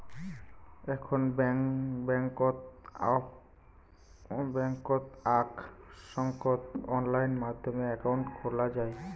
এখন বেংকত আক সঙ্গত অনলাইন মাধ্যমে একাউন্ট খোলা যাই